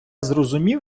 зрозумів